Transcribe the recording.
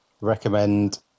Recommend